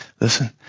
Listen